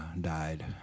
died